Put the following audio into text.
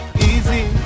Easy